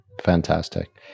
Fantastic